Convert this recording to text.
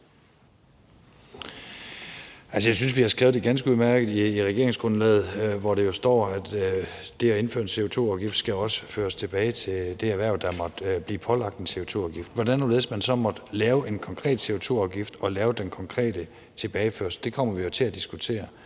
jeg synes, vi har skrevet det ganske udmærket i regeringsgrundlaget, hvor der jo står, at provenuet ved at indføre en CO2-afgift skal føres tilbage til det erhverv, der måtte blive pålagt en CO2-afgift. Hvordan og hvorledes man så måtte lave en konkret CO2-afgift og lave den konkrete tilbageførsel af provenuet kommer vi jo til at diskutere.